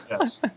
yes